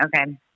Okay